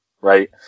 right